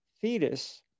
fetus